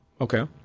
Okay